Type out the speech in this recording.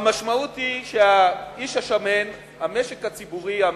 המשמעות היא שהאיש השמן, המשק הציבורי הממשלתי,